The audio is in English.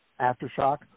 Aftershock